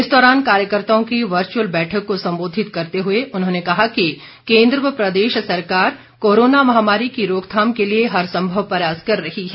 इस दौरान कार्यकर्ताओं की वर्चअल बैठक को संबोधित करते हुए उन्होंने कहा कि केन्द्र व प्रदेश सरकार कोरोना महामारी की रोकथाम के लिए हर संभव प्रयास कर रही है